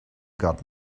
got